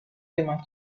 lima